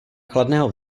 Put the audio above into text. chladného